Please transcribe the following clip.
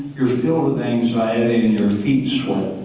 you're filled with anxiety and your feet sweat,